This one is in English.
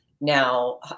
now